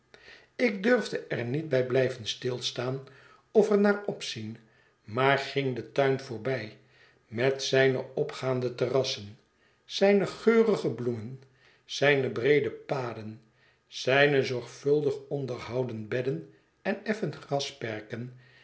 ik durfde er niet bij blijven stilstaan of er naar opzien maar ging den tuin voorbij met zijne opgaande terrassen zijne geurige bloemen zijne breede paden zijne zorgvuldig onderhoudene bedden en effen grasperken